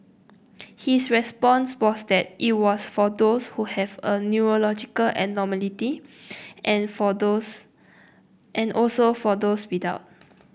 his response was that it was for those who have a neurological abnormality and for those and also for those without